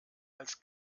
als